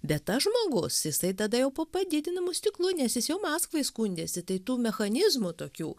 bet tas žmogus jisai tada jau po padidinamu stiklu nes jis jau maskvai skundėsi tai tų mechanizmų tokių